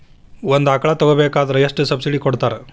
ಒಂದು ಆಕಳ ತಗೋಬೇಕಾದ್ರೆ ಎಷ್ಟು ಸಬ್ಸಿಡಿ ಕೊಡ್ತಾರ್?